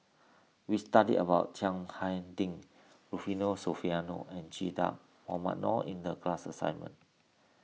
we studied about Chiang Hai Ding Rufino Soliano and Che Dah Mohamed Noor in the class assignment